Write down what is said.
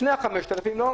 לפני ה-5,000 לא.